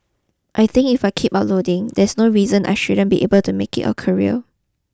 I think if I keep uploading there's no reason I shouldn't be able to make it a career